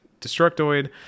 Destructoid